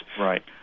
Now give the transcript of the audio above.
Right